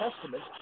Testament